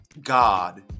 God